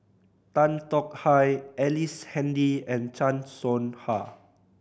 Tan Tong Hye Ellice Handy and Chan Soh Ha